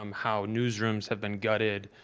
um how newsrooms have been gutted.